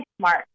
smart